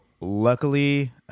luckily